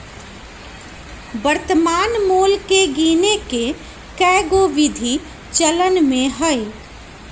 वर्तमान मोल के गीने के कएगो विधि चलन में हइ